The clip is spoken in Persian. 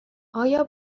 آیا